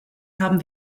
haben